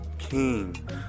King